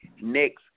next